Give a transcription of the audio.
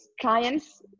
clients